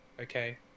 okay